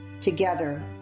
Together